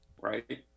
right